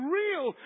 real